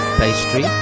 pastry